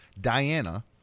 Diana